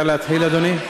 אפשר להתחיל, אדוני?